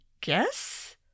guess